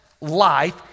life